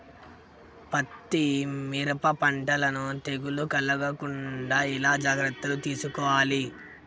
పత్తి మిరప పంటలను తెగులు కలగకుండా ఎలా జాగ్రత్తలు తీసుకోవాలి?